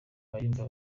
abayumva